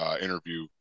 interview